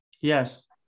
yes